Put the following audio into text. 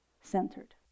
centered